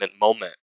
moment